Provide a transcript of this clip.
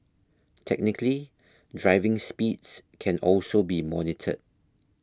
technically driving speeds can also be monitored